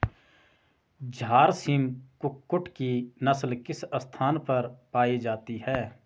झारसिम कुक्कुट की नस्ल किस स्थान पर पाई जाती है?